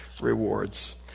rewards